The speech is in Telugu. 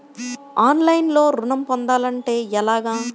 ఆన్లైన్లో ఋణం పొందాలంటే ఎలాగా?